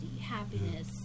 happiness